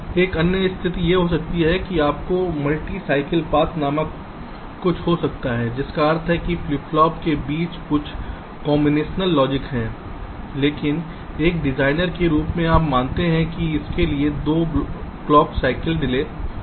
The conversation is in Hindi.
एक अन्य स्थिति यह हो सकती है कि आपको मल्टी साइकल पाथ नामक कुछ हो सकता है जिसका अर्थ है कि फ्लिप फ्लॉप के बीच कुछ कांबिनेशनल लॉजिक है लेकिन एक डिजाइनर के रूप में आप जानते हैं कि इसके लिए 2 क्लॉक साइकिल डिले की आवश्यकता होगी